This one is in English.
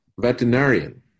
veterinarian